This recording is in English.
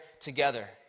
together